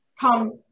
come